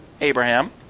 Abraham